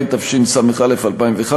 התשס"א 2001,